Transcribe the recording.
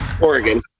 Oregon